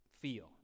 feel